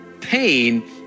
Pain